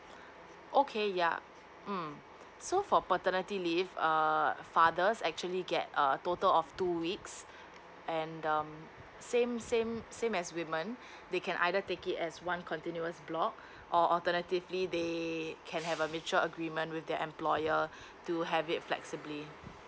okay ya mm so for paternity leave err fathers actually get a total of two weeks and um same same same as women they can either take it as one continuous block or alternatively they err can have a mutual agreement with their employer to have it flexibly